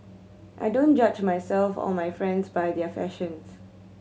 I don't judge myself or my friends by their fashions